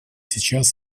сейчас